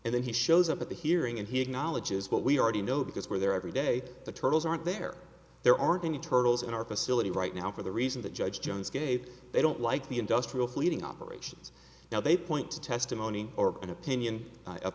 and then he shows up at the hearing and he acknowledges what we already know because we're there every day the turtles aren't there there aren't any turtles in our facility right now for the reason that judge jones gave they don't like the industrial fleeting operations now they point to testimony or an opinion of